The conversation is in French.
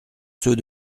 ceux